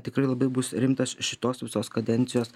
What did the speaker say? tikrai labai bus rimtas šitos visos kadencijos